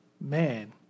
man